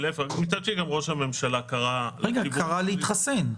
מצד שני, גם ראש הממשלה קרא --- הוא קרא להתחסן.